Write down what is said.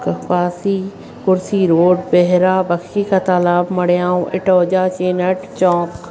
कपासी Kursi road पेहरा बख्शी का तालाव मणीआव इटोजा चिंहट चौंक